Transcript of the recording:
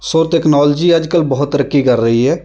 ਸੋ technology ਅੱਜ ਕੱਲ੍ਹ ਬਹੁਤ ਤਰੱਕੀ ਕਰ ਰਹੀ ਹੈ